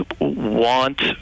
want